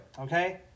okay